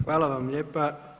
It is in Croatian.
Hvala vam lijepa.